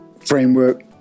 framework